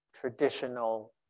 traditional